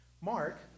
Mark